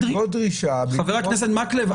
חבר הכנסת מקלב,